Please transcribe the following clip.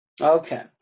Okay